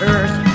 Earth